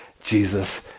Jesus